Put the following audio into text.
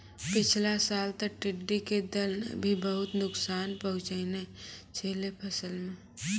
पिछला साल तॅ टिड्ढी के दल नॅ भी बहुत नुकसान पहुँचैने छेलै फसल मॅ